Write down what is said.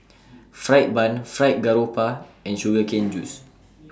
Fried Bun Fried Garoupa and Sugar Cane Juice